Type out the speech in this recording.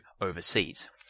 overseas